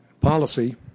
policy